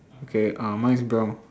okay uh mine's brown